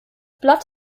blatt